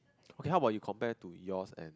okay how about you compare to yours and